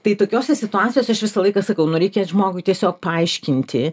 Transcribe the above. tai tokiose situacijose aš visą laiką sakau nu reikia žmogui tiesiog paaiškinti